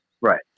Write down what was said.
Right